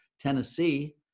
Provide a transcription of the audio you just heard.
Tennessee